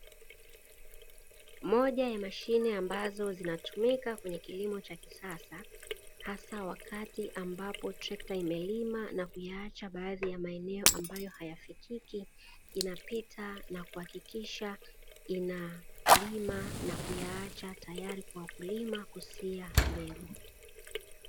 Moja ya mashine ambazo zinatumika kwenye kilimo cha kisasa hasa wakati ambapo trekta imelima na kuyaacha baadhi ya maeneo ambayo hayafikiki inapita na kuhakikisha inalima na kuyaacha tayari kwa wakulima kusia mbegu.